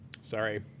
Sorry